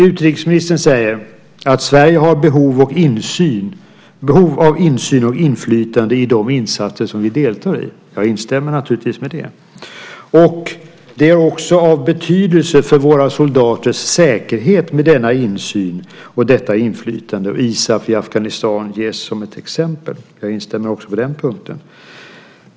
Utrikesministern säger att Sverige har behov av insyn och inflytande i de insatser som vi deltar i. Jag instämmer naturligtvis i det. Utrikesministern säger också att denna insyn och detta inflytande är av betydelse för våra soldaters säkerhet. ISAF i Afghanistan nämns som ett exempel. Jag instämmer även på den punkten.